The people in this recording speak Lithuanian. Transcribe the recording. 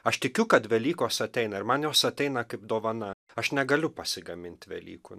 aš tikiu kad velykos ateina ir man jos ateina kaip dovana aš negaliu pasigamint velykų